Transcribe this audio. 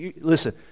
listen